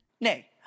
nay